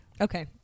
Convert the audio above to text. Okay